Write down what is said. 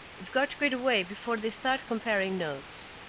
you've got to get away before they start comparing notes.